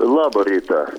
labą rytą